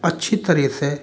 अच्छी तरह से